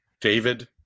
David